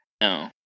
No